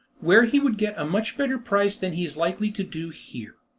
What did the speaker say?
where he would get a much better price than he is likely to do here.